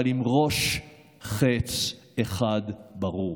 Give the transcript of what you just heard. אבל עם ראש חץ אחד ברור: